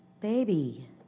baby